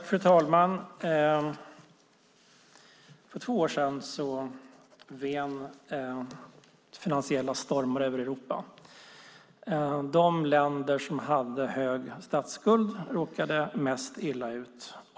Fru talman! För två år sedan ven finansiella stormar över Europa. De länder som hade hög statsskuld råkade mest illa ut.